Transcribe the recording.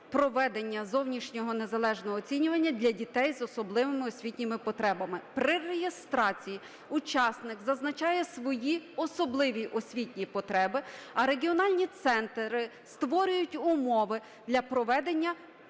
проведення зовнішнього незалежного оцінювання для дітей з особливими освітніми потребами. При реєстрації учасник зазначає свої особливі освітні потреби, а регіональні центри створюють умови для проведення